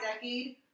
decade